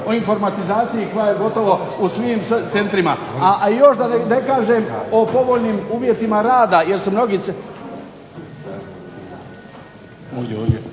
o informatizaciji koja je gotovo u svim centrima. A još da ne kažem o povoljnim uvjetima rada jer svjedočimo